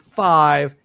five